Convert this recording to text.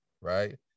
right